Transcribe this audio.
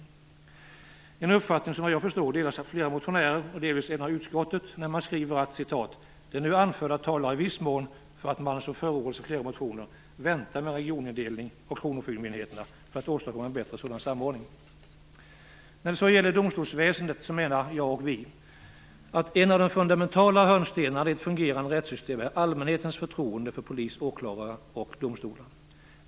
Det är en uppfattning som, efter vad jag förstår, delas av flera motionärer och delvis även av utskottet när man skriver: "Det nu anförda talar i viss mån för att man, som förordas i flera motioner, väntar med en regionindelning av kronofogdemyndigheterna för att åstadkomma en bättre sådan samordning." När det gäller domstolsväsendet menar vi att en av de fundamentala hörnstenarna i ett fungerande rättssystem är allmänhetens förtroende för polis, åklagare och domstolar.